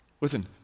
Listen